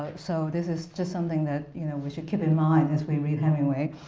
so this is just something that you know we should keep in mind as we read hemingway.